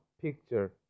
picture